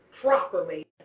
properly